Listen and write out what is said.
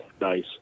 Nice